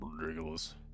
ridiculous